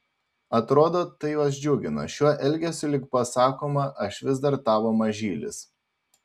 atrodo tai juos džiugina šiuo elgesiu lyg pasakoma aš vis dar tavo mažylis